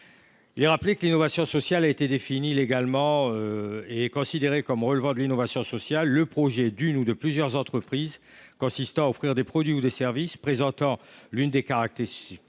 Il est rappelé que l’innovation sociale a été définie légalement : est considéré comme relevant de l’innovation sociale le projet d’une ou de plusieurs entreprises consistant à offrir des produits ou des services présentant certaines caractéristiques